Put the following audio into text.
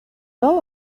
all